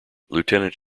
lieutenant